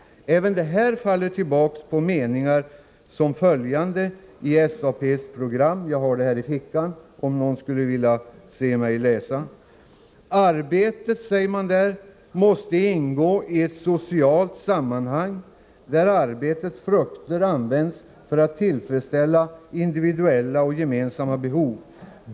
Även det faller tillbaka på sådana meningar som följande i SAP:s program: ”Arbetet måste ingå i ett socialt sammanhang där arbetets frukter används för att tillfredsställa individuella och gemensamma behov.